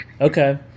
okay